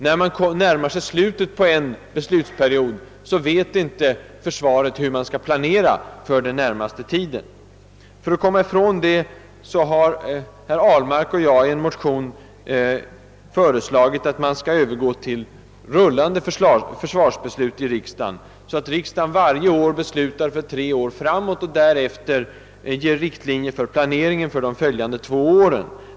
När man närmar sig slutet på en beslutsperiod, vet man inom försvaret inte hur man skall planera för den närmaste tiden. För att komma ifrån detta har herr Ahlmark och jag i en motion föreslagit, att man skall övergå till rullande försvarsbeslut i riksdagen så att riksdagen varje år beslutar för tre år framåt och drar upp riktlinjer för planering under de därpå följande två åren.